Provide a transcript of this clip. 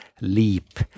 leap